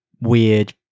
weird